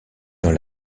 dans